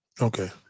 okay